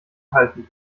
halten